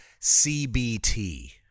CBT